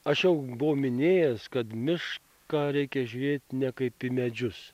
aš jau buvau minėjęs kad mišką reikia žiūrėt ne kaip į medžius